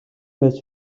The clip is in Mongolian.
байж